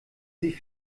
sich